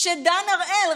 כשדן הראל,